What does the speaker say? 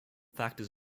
factors